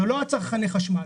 זה לא צרכני החשמל.